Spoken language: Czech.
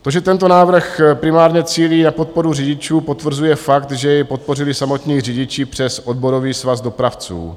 To, že tento návrh primárně cílí na podporu řidičů, potvrzuje fakt, že jej podpořili samotní řidiči přes Odborový svaz dopravců.